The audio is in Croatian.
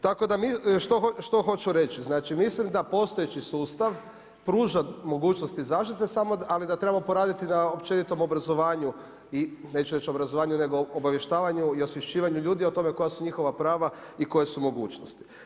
Tako da mi, što hoću reći, znači mislim da postojeći sustav pruža mogućnosti zaštite samo, ali da trebamo poraditi na općenitom obrazovanju i, neću reći obrazovanju nego obavještavanju i osvješćivanju ljudi o tome koja su njihova prava i koje su mogućnosti.